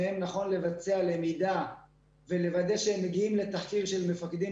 האם נכון לבצע למידה ולוודא שהם מגיעים לתכתיב של מפקדים